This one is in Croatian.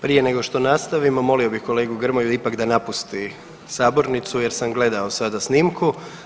Prije nego što nastavimo molio bih kolegu Grmoju ipak da napusti sabornicu, jer sam gledao sada snimku.